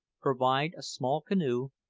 provide a small canoe,